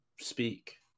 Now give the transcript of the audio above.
speak